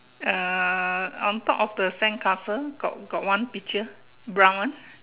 uh on top of the sandcastle got got one picture brown one